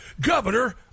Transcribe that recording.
governor